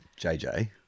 JJ